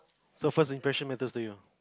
so first impression matters to you